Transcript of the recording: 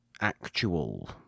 actual